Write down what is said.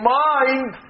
mind